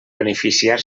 beneficiar